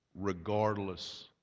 Regardless